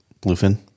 bluefin